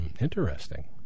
Interesting